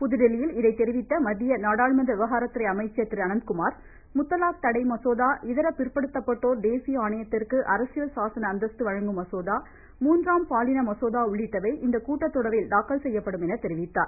புதுதில்லியில் இதை தெரிவித்த மத்திய நாடாளுமன்ற விவகாரத்துறை அமைச்சர் திரு அனந்த்குமார் முத்தலாக் தடை மசோதா இதர பிற்படுத்தப்பட்டோர் தேசிய ஆணையத்திற்கு அரசியல் சாசன அந்தஸ்து வழங்கும் மசோதா மூன்றாம் பாலின மசோதா உள்ளிட்டவை இந்த கூட்டத்தொடரில் தாக்கல் செய்யப்படும் என தெரிவித்தார்